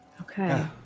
Okay